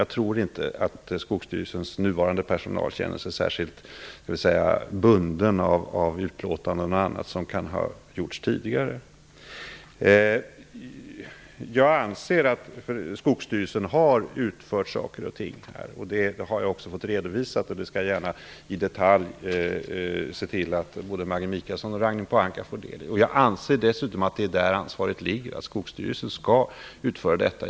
Jag tror inte att Skogsstyrelsens nuvarande personal känner sig särskilt bunden av utlåtanden och annat som kan ha gjorts tidigare. Jag anser att Skogsstyrelsen har utfört saker och ting. Det har jag fått redovisat för mig, och jag skall gärna se till att både Maggi Mikaelsson och Ragnhild Pohanka i detalj får ta del av detta. Jag anser dessutom att det är där ansvaret ligger. Skogsstyrelsen skall utföra detta.